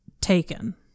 taken